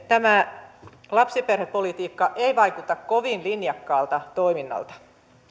tämä lapsiperhepolitiikka ei vaikuta kovin linjakkaalta toiminnalta